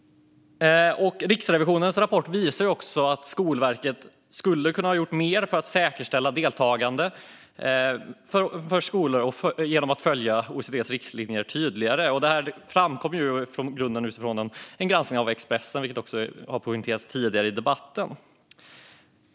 Riksrevisionens rapport visar också att Skolverket skulle ha kunnat göra mer för att säkerställa deltagande för skolor genom att följa OECD:s riktlinjer tydligare. Detta framkommer utifrån en granskning av Expressen, vilket har poängterats tidigare i debatten.